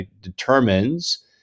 determines